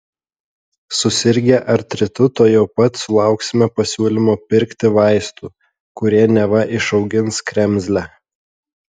susirgę artritu tuojau pat sulauksime pasiūlymo pirkti vaistų kurie neva išaugins kremzlę